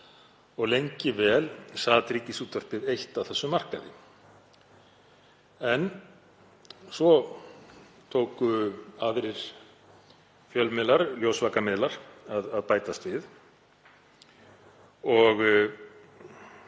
og lengi vel sat Ríkisútvarpið eitt á þessum markaði. En svo tóku aðrir fjölmiðlar, ljósvakamiðlar, að bætast við og